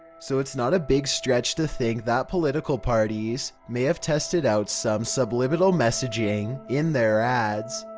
so, it's not a big stretch to think that political parties may have tested out some subliminal messaging in their ads.